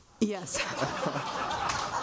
Yes